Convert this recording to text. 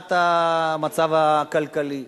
מבחינת המצב הכלכלי,